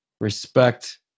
respect